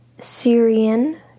Syrian